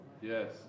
Yes